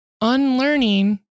unlearning